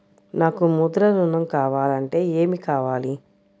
నాకు ముద్ర ఋణం కావాలంటే ఏమి కావాలి?